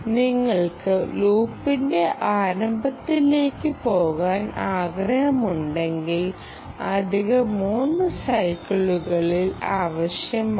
നിങ്ങൾക്ക് ലൂപ്പിന്റെ ആരംഭത്തിലേക്ക് പോകാൻ ആഗ്രഹമുണ്ടെങ്കിൽ അധിക 3 സൈക്കിളുകൾ ആവശ്യമാണ്